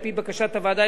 על-פי בקשת הוועדה,